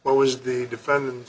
what was the defendant's